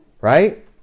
right